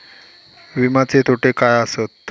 विमाचे तोटे काय आसत?